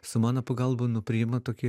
su mano pagalba nu priima tokį